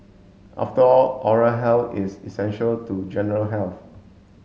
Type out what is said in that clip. after all oral health is essential to general health